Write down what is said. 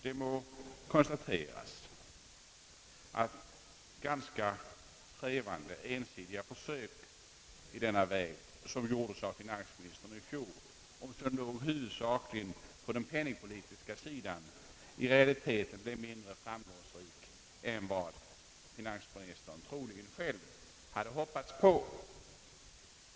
Det må konstateras att de ganska trevande ensidiga försök i denna väg, som gjordes av finansministern i fjol och som låg huvudsakligen på den penningpolitiska sidan, i realiteten blev mindre framgångsrika än vad finansministern troligen själv hade hoppats på.